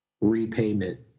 repayment